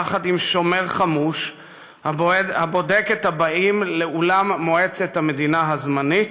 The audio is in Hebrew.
יחד עם שומר חמוש הבודק את הבאים לאולם מועצת המדינה הזמנית,